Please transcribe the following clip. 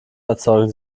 erzeugen